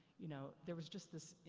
you know, there was just this,